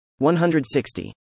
160